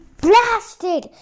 blasted